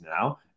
now